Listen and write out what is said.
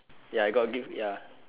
ya I got gift ya